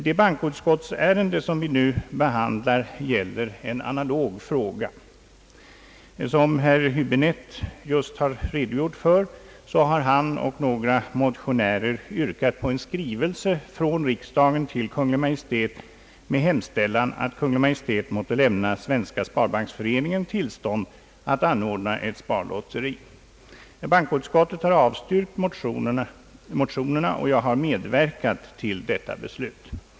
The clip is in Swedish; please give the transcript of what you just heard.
Det bankoutskottsärende som vi nu behandlar gäller en analog fråga. Såsom herr Höbinette just har omtalat har han och några motionärer yrkat på en skrivelse från riksdagen till Kungl. Maj:t med hemställan att Kungl. Maj:t måtte lämna Svenska sparbanksföreningen tillstånd att anordna ett sparlotteri. Bankoutskottet har avstyrkt motionerna, och jag har medverkat till detta beslut.